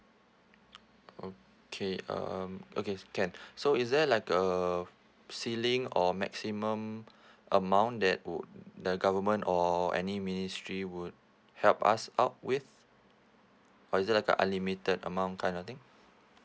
okay um okay can so is there like a ceiling or maximum amount that would the government or any ministry would help us out with or is it like a unlimited amount kind of thing